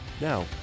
Now